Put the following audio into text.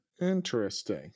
Interesting